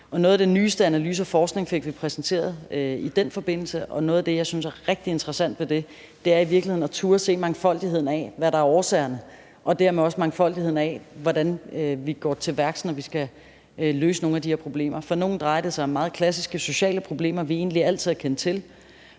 nogle af de nyeste analyser og den nyeste forskning. Og noget af det, jeg synes er rigtig interessant ved det, er i virkeligheden at turde se, at der er en mangfoldighed af årsager og dermed også en mangfoldighed af muligheder for, hvordan vi skal gå til værks, når vi skal løse nogle af de her problemer. For nogle drejer det sig om meget klassiske sociale problemer, som vi egentlig altid har kendt til,